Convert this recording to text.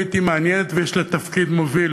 המקומית מעניינת ויש לה תפקיד מוביל.